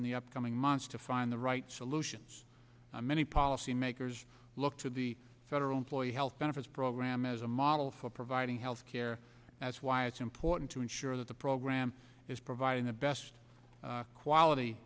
in the upcoming months to find the right solutions many policymakers look to the federal employee health benefits program as a model for providing health care that's why it's important to ensure that the program is providing the best quality